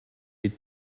die